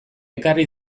ekarri